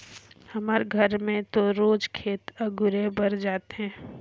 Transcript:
हमर घर तो रोज खेत अगुरे बर जाथे